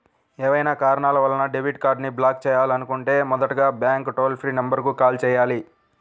ఏవైనా కారణాల వలన డెబిట్ కార్డ్ని బ్లాక్ చేయాలనుకుంటే మొదటగా బ్యాంక్ టోల్ ఫ్రీ నెంబర్ కు కాల్ చేయాలి